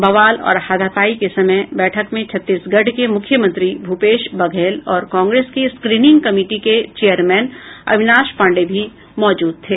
बवाल और हाथापाई के समय बैठक में छत्तीसगढ़ के मुख्यमंत्री भूपेश बघेल और कांग्रेस की स्क्रीनिंग कमेटी के चेयरमैन अविनाश पांडे भी मौजूद थे